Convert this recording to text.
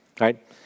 right